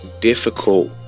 difficult